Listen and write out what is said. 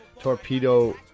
Torpedo